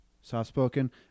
soft-spoken